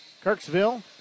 Kirksville